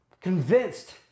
convinced